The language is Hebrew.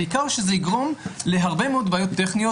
בעיקר שזה יגרום להרבה מאוד בעיות טכניות